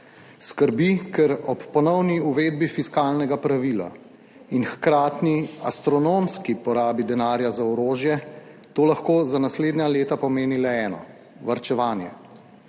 Skrbi, ker ob ponovni uvedbi fiskalnega pravila in hkratni astronomski porabi denarja za orožje to lahko za naslednja leta pomeni le eno, varčevanje.